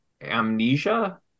amnesia